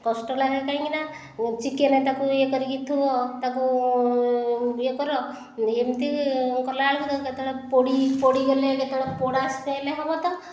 କଷ୍ଟ ଲାଗେ କାହିଁକିନା ଚିକେନ୍ ତାକୁ ଇଏ କରିକି ଥୁଅ ଇଏ କର ଏମିତି କଲାବେଳକୁ ତାକୁ କେତେବେଳେ ପୋଡ଼ିଗଲେ କେତେବେଳେ ପୋଡ଼ା ସ୍ମେଲ୍ ହେବ ତ